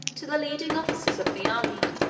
to the leading officers of the army.